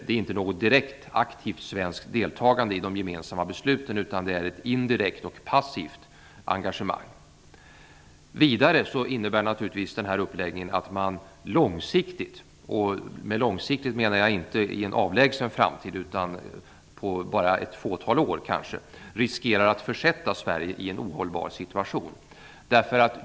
Det är inte något direkt, aktivt svenskt deltagande i de gemensamma besluten, utan det är ett indirekt och passivt engagemang. Vidare innebär givetvis denna uppläggning att man långsiktigt -- och med långsiktigt menar jag inte i en avlägsen framtid, utan inom kanske bara ett fåtal år -- riskerar att försätta Sverige i en ohållbar situation.